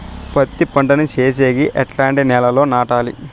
పత్తి పంట ను సేసేకి ఎట్లాంటి నేలలో నాటాలి?